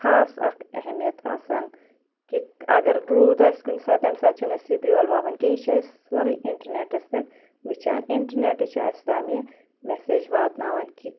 خاص اَکھ اہمیت آسان کہِ اَگر روٗد آسہِ کُنہِ ساتہٕ تَمہِ ساتہٕ چھِنہٕ أسۍ یہِ بیول وَوان کیٚنٛہہ یہِ چھِ أسۍ سٲرٕے اِنٹَرنٮ۪ٹَس پٮ۪ٹھ وٕچھان اِنٹَرنٮ۪ٹٕے چھُ اَسہِ تام یہِ مٮ۪سیج واتناوان کہِ